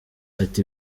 ati